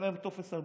אין להם טופס 4,